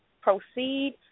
proceed